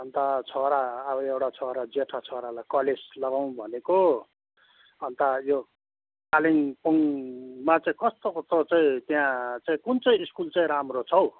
अन्त छोरा अब एउटा छोरा जेठा छोरालाई कलेज लगाउँ भनेको अन्त यो कालिम्पोङमा चाहिँ कस्तो कस्तो चाहिँ त्यहाँ चाहिँ कुन चाहिँ स्कुल चाहिँ राम्रो छौ